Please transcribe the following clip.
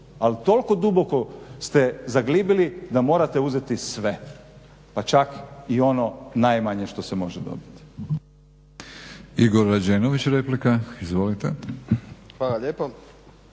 Ali toliko duboko ste zaglibili da morate uzeti sve, pa čak i ono najmanje što se može dobiti.